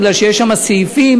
כי יש שם סעיפים,